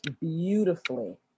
beautifully